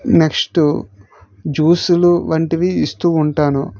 next జ్యూస్లు వంటివి ఇస్తు ఉంటాను